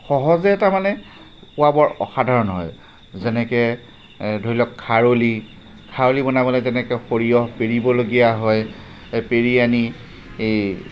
সহজে তাৰমানে পোৱা বৰ অসাধাৰণ হয় যেনেকৈ ধৰিলওক খাৰলি খাৰলি বনাবলৈ তেনেকৈ সৰিয়হ পেৰিবলগীয়া হয় পেৰি আনি এই